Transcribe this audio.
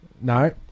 no